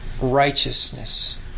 righteousness